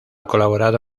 colaborado